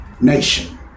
Nation